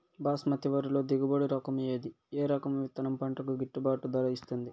బాస్మతి వరిలో దిగుబడి రకము ఏది ఏ రకము విత్తనం పంటకు గిట్టుబాటు ధర ఇస్తుంది